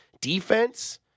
defense